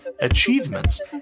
achievements